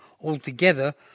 altogether